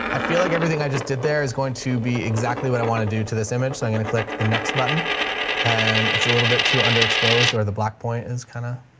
i feel like everything i just did there is going to be exactly what i want to do to this image. so i'm going to click the next button and it's a little bit too underexposed or the black point is kind of